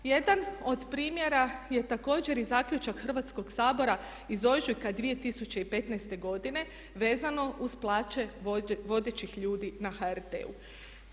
Jedan od primjera je također i zaključak Hrvatskog sabora iz ožujka 2015. godine vezano uz plaće vodećih ljudi na HRT-u.